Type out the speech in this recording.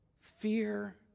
fear